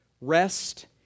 Rest